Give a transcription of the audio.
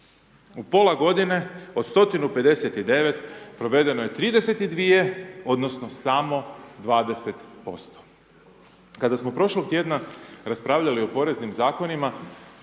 U pola godine od 159, provedeno je 32-ije, odnosno samo 20%. Kada smo prošlog tjedna raspravljali o poreznim Zakonima,